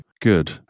Good